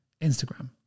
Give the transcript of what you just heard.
Instagram